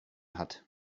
hat